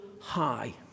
high